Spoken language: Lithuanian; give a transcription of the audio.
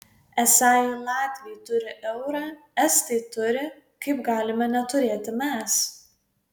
esą jei latviai turi eurą estai turi kaip galime neturėti mes